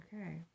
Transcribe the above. Okay